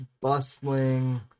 bustling